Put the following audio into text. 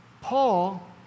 Paul